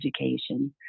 education